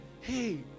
Hey